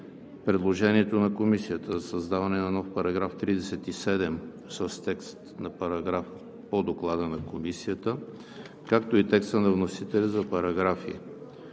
предложението на Комисията за създаване на нов § 37 с текст по Доклада на Комисията; както и текста на вносителя за параграфи